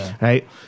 Right